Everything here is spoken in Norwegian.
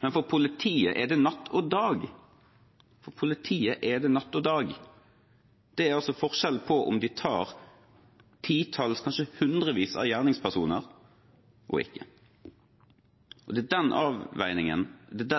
men for politiet er det natt og dag. For politiet er det natt og dag. Det er altså forskjellen på om de tar et titalls eller kanskje hundrevis av gjerningspersoner eller ikke. Det